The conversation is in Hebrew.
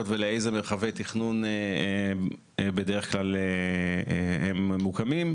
ולאיזה מרחבי תכנון בדרך כלל הן ממקומות,